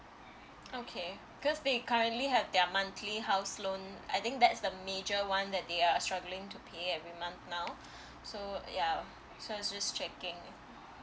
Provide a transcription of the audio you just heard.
okay because we currently have their monthly house loan I think that's the major one that they are struggling to pay every month now so yeah so I just checking